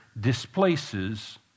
displaces